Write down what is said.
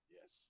Yes